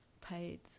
paid